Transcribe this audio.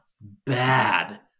bad